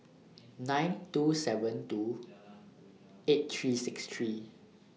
nine two seven two eight three six three